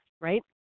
right